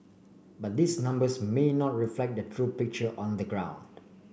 but these numbers may not reflect the true picture on the ground